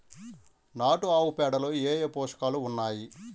నాటు ఆవుపేడలో ఏ ఏ పోషకాలు ఉన్నాయి?